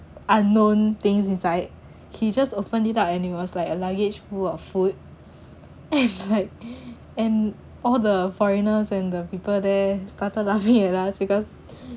unknown things inside he just opened it up and it was like a luggage full of food and like and all the foreigners and the people there started laughing at us because